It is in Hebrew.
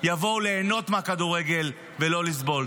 יבואו ליהנות מהכדורגל, ולא לסבול.